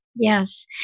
Yes